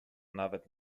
nawet